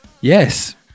yes